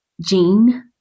Jean